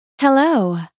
Hello